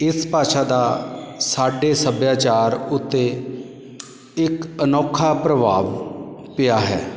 ਇਸ ਭਾਸ਼ਾ ਦਾ ਸਾਡੇ ਸੱਭਿਆਚਾਰ ਉੱਤੇ ਇੱਕ ਅਨੋਖਾ ਪ੍ਰਭਾਵ ਪਿਆ ਹੈ